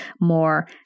more